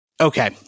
Okay